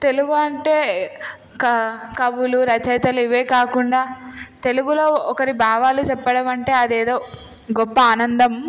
తెలుగు అంటే క కవులు రచయితలు ఇవే కాకుండా తెలుగులో ఒకరి భావాలు చెప్పడం అంటే అదేదో గొప్ప ఆనందం